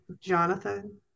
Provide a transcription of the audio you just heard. Jonathan